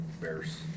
Bears